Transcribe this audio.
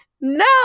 No